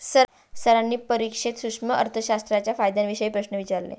सरांनी परीक्षेत सूक्ष्म अर्थशास्त्राच्या फायद्यांविषयी प्रश्न विचारले